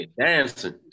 dancing